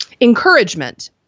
Encouragement